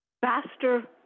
faster